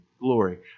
glory